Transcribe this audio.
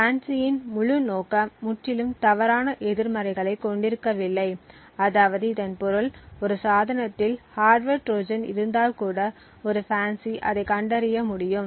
FANCIயின் முழு நோக்கம் முற்றிலும் தவறான எதிர்மறைகளைக் கொண்டிருக்கவில்லை அதாவது இதன் பொருள் ஒரு சாதனத்தில் ஹார்ட்வர் ட்ரோஜன் இருந்தால் கூட ஒரு FANCI அதைக் கண்டறிய முடியும்